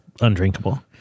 undrinkable